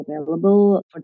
available